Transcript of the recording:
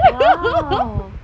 !wow!